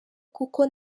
kuko